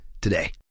today